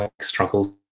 struggled